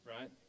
right